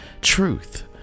truth